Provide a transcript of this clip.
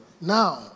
Now